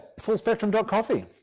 fullspectrum.coffee